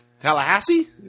Tallahassee